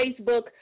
Facebook